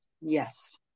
yes